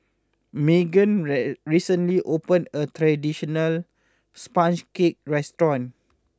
Meghan Rae recently opened a new traditional Sponge Cake restaurant